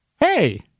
hey